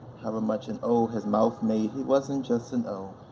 however much an o his mouth made, he wasn't just an o,